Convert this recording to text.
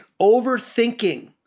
Overthinking